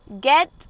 get